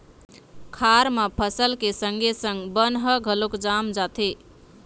खार म फसल के संगे संग बन ह घलोक जाम जाथे